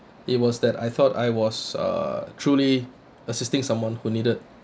it was that I thought I was uh truly assisting someone who needed